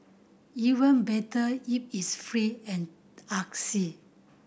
even better if it's free and artsy